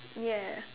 ya